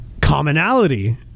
commonality